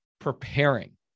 preparing